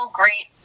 great